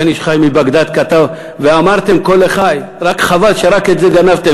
ה"בן איש חי" מבגדד כתב: "ואמרתם כה לחי" רק חבל שרק את זה גנבתם,